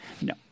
No